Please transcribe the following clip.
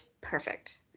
perfect